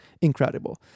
Incredible